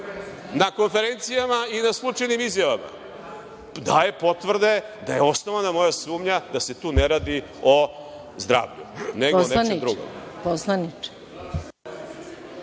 na konferencijama i na izjavama daje potvrde da je osnovana moja sumnja da se tu ne radi o zdravlju,